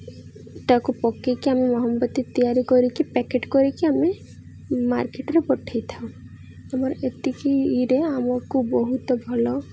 ଟାକୁ ପକେଇକି ଆମେ ମହମବତୀ ତିଆରି କରିକି ପ୍ୟାକେଟ କରିକି ଆମେ ମାର୍କେଟରେ ପଠେଇଥାଉ ଆମର ଏତିକି ଇରେ ଆମକୁ ବହୁତ ଭଲ